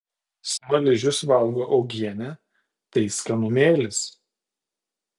smaližius valgo uogienę tai skanumėlis